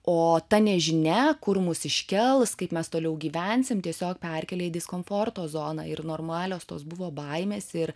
o ta nežinia kur mus iškels kaip mes toliau gyvensim tiesiog perkelia į diskomforto zoną ir normalios tos buvo baimės ir